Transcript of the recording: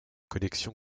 collection